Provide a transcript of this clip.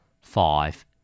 five